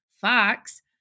Fox